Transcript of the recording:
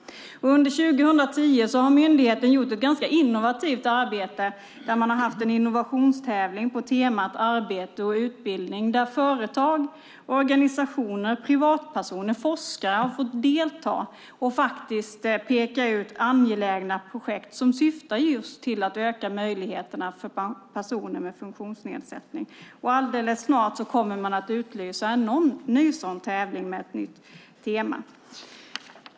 Under 2010 har myndigheten gjort ett ganska innovativt arbete. Man har haft en innovationstävling på temat Arbete och utbildning, där företag, organisationer, privatpersoner och forskare har fått delta och peka ut angelägna projekt som syftar just till att öka möjligheterna för personer med funktionsnedsättning. Alldeles snart kommer man att utlysa en ny sådan tävling med ett nytt tema.